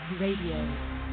Radio